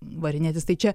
varinėtis tai čia